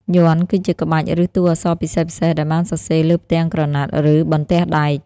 យ័ន្ត គឺជាក្បាច់ ឬតួអក្សរពិសេសៗដែលបានសរសេរលើផ្ទាំងក្រណាត់ ឬបន្ទះដែក។